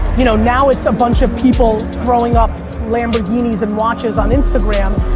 you know now, it's a bunch of people throwing up lamborghinis and watches on instagram.